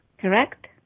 Correct